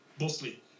mostly